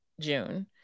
June